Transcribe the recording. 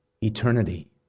eternity